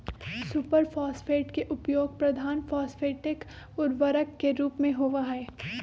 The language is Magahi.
सुपर फॉस्फेट के उपयोग प्रधान फॉस्फेटिक उर्वरक के रूप में होबा हई